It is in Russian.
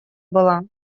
было